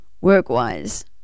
work-wise